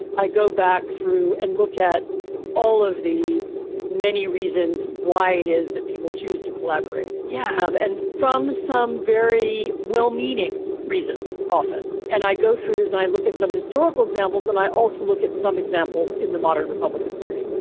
i go back through and look at all of the many reasons why it is that people choose to collaborate. yeah. um and from some very well-meaning reasons often and i go through this, i look at some historical examples and i also look at some examples in the modern republican party.